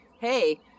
hey